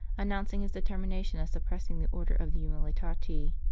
announcing his deter mination of suppressing the order of the umiliati.